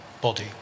body